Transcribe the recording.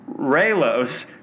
Raylos